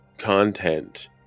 Content